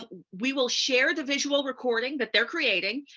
we will share the visual recording that they're creating,